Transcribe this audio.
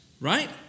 Right